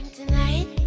tonight